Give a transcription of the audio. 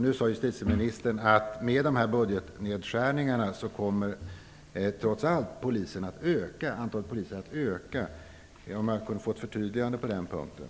Nu sade justitieministern att antalet poliser, trots nedskärningarna i budgeten, kommer att öka. Jag undrar om jag kunde få ett förtydligande på den punkten.